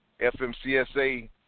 FMCSA